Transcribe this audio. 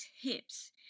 hips